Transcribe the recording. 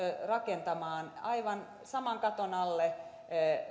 rakentamaan aivan saman katon alle